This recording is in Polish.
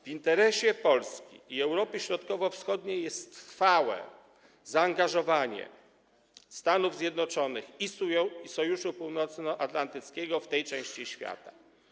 W interesie Polski i Europy Środkowo-Wschodniej jest trwałe zaangażowanie Stanów Zjednoczonych i Sojuszu Północnoatlantyckiego w tej części świata.